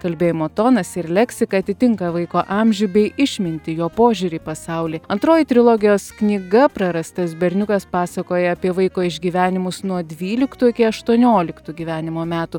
kalbėjimo tonas ir leksika atitinka vaiko amžių bei išmintį jo požiūrį į pasaulį antroji trilogijos knyga prarastas berniukas pasakoja apie vaiko išgyvenimus nuo dvyliktų iki aštuonioliktų gyvenimo metų